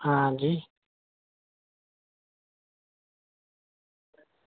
आं जी